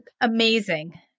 amazing